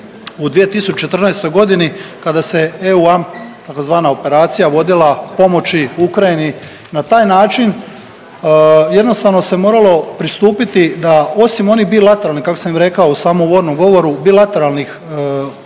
u 2014. g. kada se EUAM zvana operacija vodila pomoći Ukrajini. Na taj način jednostavno se moralo pristupiti da osim onih bilateralnih, kako sam i rekao u samom uvodnom govoru, bilateralnih pregovora